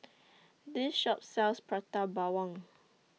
This Shop sells Prata Bawang